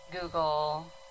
Google